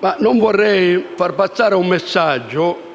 Ma non vorrei far passare il messaggio